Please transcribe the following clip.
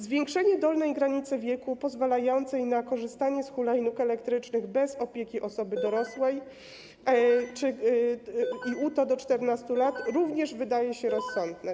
Zwiększenie dolnej granicy wieku pozwalającej na korzystanie z hulajnóg elektrycznych bez opieki osoby dorosłej i UTO do 14 lat również wydaje się rozsądne.